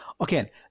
okay